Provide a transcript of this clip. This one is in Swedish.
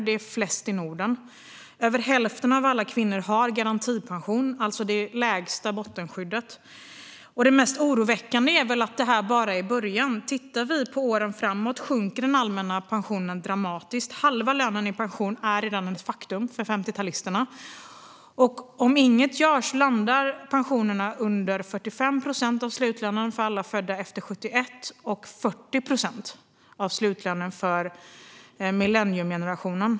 Det är flest i Norden. Över hälften av alla kvinnor har garantipension, alltså det lägsta bottenskyddet. Det mest oroväckande är att detta bara är början. Om vi tittar på åren framåt kan vi se att den allmänna pensionen kommer att sjunka dramatiskt. Halva lönen i pension är redan ett faktum för 50-talisterna. Om inget görs landar pensionerna under 45 procent av slutlönen för alla födda efter 1971 och 40 procent av slutlönen för millenniegenerationen.